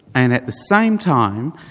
and at the same time,